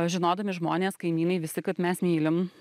žinodami žmonės kaimynai visi kad mes mylim